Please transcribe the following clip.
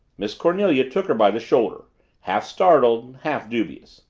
miss cornelia took her by the shoulder half-startled, half-dubious.